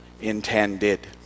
intended